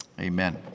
Amen